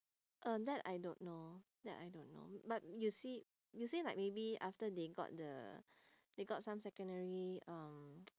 uh that I don't know that I don't know but you see you see like maybe after they got the they got some secondary um